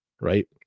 right